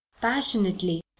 passionately